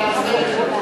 ביקשת שאלה נוספת,